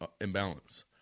imbalance